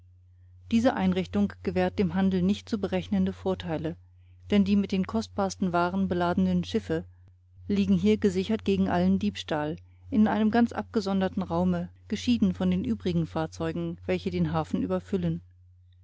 diese einrichtung gewährt dem handel nicht zu berechnende vorteile denn die mit den kostbarsten waren beladenen schiffe liegen hier gesichert gegen allen diebstahl in einem ganz abgesonderten raume geschieden von den übrigen fahrzeugen welche den hafen überfüllen